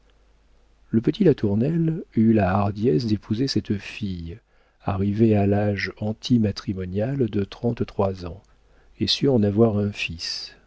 le petit latournelle eut la hardiesse d'épouser cette fille arrivée à l'âge anti matrimonial de trente-trois ans et sut en avoir un fils